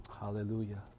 Hallelujah